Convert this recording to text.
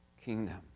kingdom